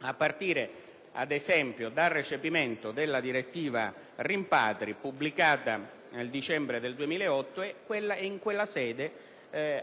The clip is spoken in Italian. a partire, ad esempio, dal recepimento della direttiva rimpatri, pubblicata nel dicembre 2008 - ed in quella sede si potrà